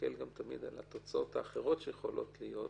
ולהסתכל תמיד גם על התוצאות האחרות שיכולות להיות,